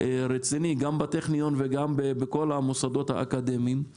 רציני גם בטכניון וגם בכל המוסדות האקדמיים.